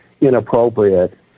inappropriate